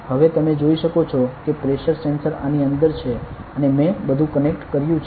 હવે તમે જોઈ શકો છો કે પ્રેશર સેન્સર આની અંદર છે અને મેં બધું કનેક્ટ કર્યું છે